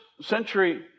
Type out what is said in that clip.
century